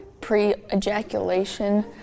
Pre-ejaculation